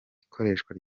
ikoreshwa